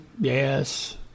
yes